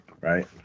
Right